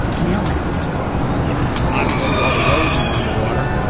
mailmen you know, obviously all the roads were underwater,